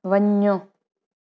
वञो